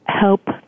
help